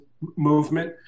movement